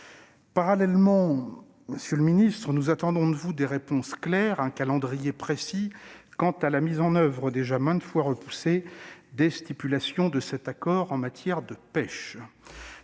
Parallèlement, monsieur le secrétaire d'État, nous attendons de vous des réponses claires et un calendrier précis quant à la mise en oeuvre déjà maintes fois repoussée des stipulations de cet accord en matière de pêche.